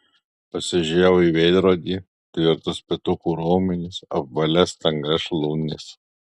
pasižiūrėjau į veidrodį tvirtus petukų raumenis apvalias stangrias šlaunis